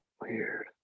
weird